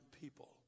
people